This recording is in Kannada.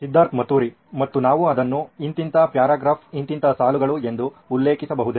ಸಿದ್ಧಾರ್ಥ್ ಮತುರಿ ಮತ್ತು ನಾವು ಅದನ್ನು ಇಂತಿಂಥ ಪ್ಯಾರಾಗ್ರಾಫ್ ಇಂತಿಂಥ ಸಾಲುಗಳು ಎಂದು ಉಲ್ಲೇಖಿಸಬಹುದೇ